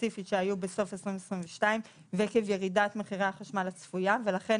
ספציפית שהיו בסוף 2022 ועקב ירידת מחירי החשמל הצפויה ולכן